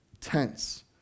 tense